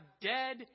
dead